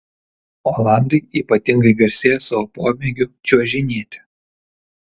olandai ypatingai garsėja savo pomėgiu čiuožinėti